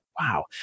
Wow